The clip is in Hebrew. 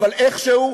אבל איכשהו,